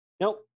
Nope